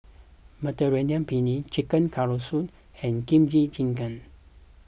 Mediterranean Penne Chicken Casserole and Kimchi Jjigae